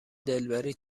دلبری